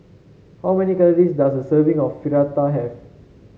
how many calories does a serving of Fritada have